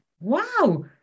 wow